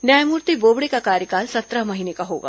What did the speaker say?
न्यायमूर्ति बोबडे का कार्यकाल सत्रह महीने का होगा